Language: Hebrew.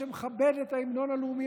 שמכבד את ההמנון הלאומי,